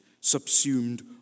subsumed